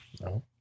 No